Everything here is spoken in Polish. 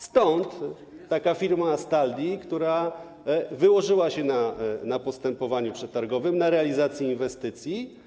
Stąd taka firma Astaldi, która wyłożyła się na postępowaniu przetargowym na realizację inwestycji.